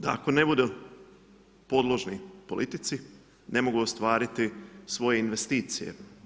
Da ako ne budu podložni politici, ne mogu ostvariti svoje investicije.